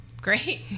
great